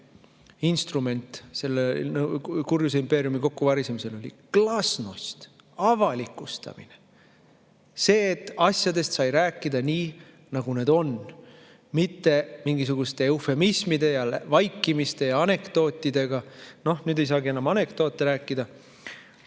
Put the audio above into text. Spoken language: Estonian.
keskne instrument, selle kurjuse impeeriumi kokkuvarisemisel? See oli glasnost, avalikustamine. See, et asjadest sai rääkida nii, nagu need on, mitte mingisuguste eufemismide ja vaikimise ja anekdootide kaudu. Noh, nüüd ei saa enam anekdootegi rääkida.